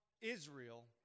Israel